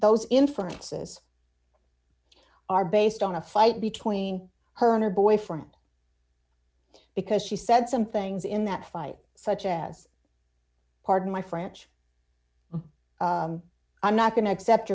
those inferences are based on a fight between her and her boyfriend because she said some things in that fight such as pardon my french i'm not going to accept